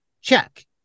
check